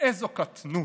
איזו קטנות.